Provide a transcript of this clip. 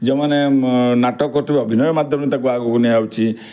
ଯେଉଁମାନେ ନାଟକ କରୁଥିବେ ଅଭିନୟ ମାଧ୍ୟମରେ ତାକୁ ଆଗକୁ ନିଆଯାଉଛି